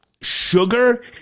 Sugar